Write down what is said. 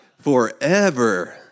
forever